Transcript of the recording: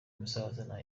umusaza